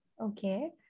Okay